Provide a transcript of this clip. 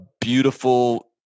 beautiful –